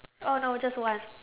oh no just one